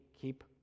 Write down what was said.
keep